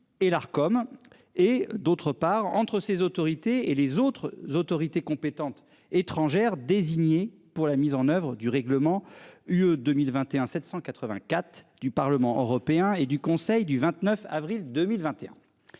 et l'Arcom et d'autre part entre ces autorités et les autres autorités compétentes étrangères désigné pour la mise en oeuvre du règlement UE 2021 784 du Parlement européen et du Conseil du 29 avril 2021.